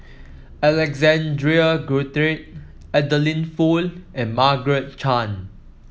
Alexander Guthrie Adeline Foo and Margaret Chan